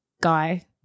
guy